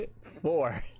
Four